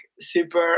super